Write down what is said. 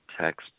text